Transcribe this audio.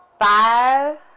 five